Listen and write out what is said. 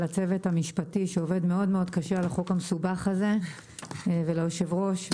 לצוות המשפטי שעובד מאוד מאוד קשה על החוק המסובך הזה וליושב הראש.